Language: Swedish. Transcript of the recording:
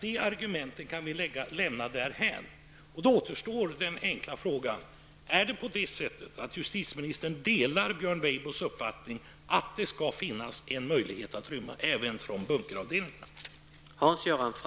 Det argumentet kan vi alltså lämna därhän, och då återstår den enkla frågan: Delar justitieministern Björn Weibos uppfattning att det skall finnas en möjlighet att rymma även från bunkeravdelningar?